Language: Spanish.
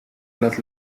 las